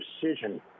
precision